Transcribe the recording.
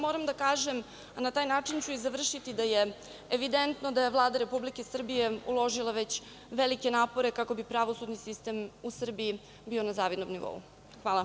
Moram da kažem, a na taj način ću završiti da je evidentno da je Vlada Republike Srbije uložila već velike napore kako bi pravosudni sistem u Srbiji bio na zavidnom nivou.